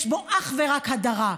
יש בו אך ורק הדרה.